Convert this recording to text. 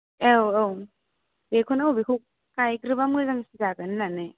औ औ बेखौनो अबेखौ गायग्रोबा मोजांसिन जागोन होननानै